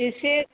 एसे